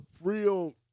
real